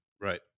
right